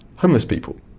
homeless people.